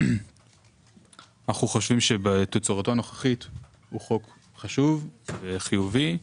אנחנו חושבים שבתצורתו הנוכחית הוא חוק חשוב וחיובי.